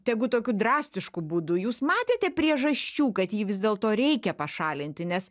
tegu tokiu drastišku būdu jūs matėte priežasčių kad jį vis dėlto reikia pašalinti nes